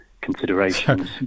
considerations